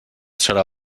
serà